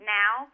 now